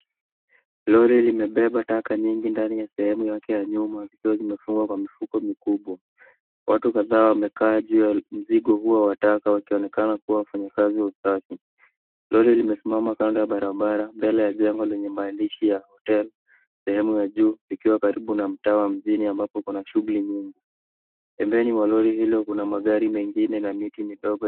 Lori limebeba taka nyingi ndani ya sehemu yake ya nyuma zikiwa zimefungwa kwa mifuko mikubwa. Watu kadhaa wamekaa juu ya mzigo huo wa taka wakionekana kuwa wafanyakazi wa usafi. Lori limesimama kando ya barabara mbele ya jengo lenye maandishi ya Hotel sehemu ya juu, ikiwa karibu na mtaa wa mjini ambapo kuna shughuli nyingi. Pembeni mwa lori hilo kuna magari mengine na miti midogo.